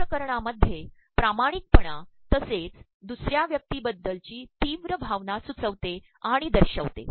या िकरणांमध्ये िामाणणकपणा तसेच दसु र्या व्यक्तीबद्दलची तीव्र भावना सुचवते आणण दशयवते